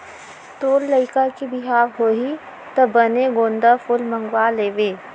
तोर लइका के बिहाव होही त बने गोंदा फूल मंगवा लेबे